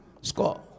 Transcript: score